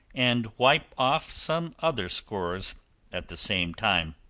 and wipe off some other scores at the same time.